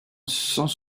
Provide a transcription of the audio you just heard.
sans